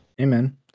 Amen